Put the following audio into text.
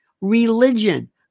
religion